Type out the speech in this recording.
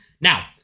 Now